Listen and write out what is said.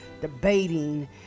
debating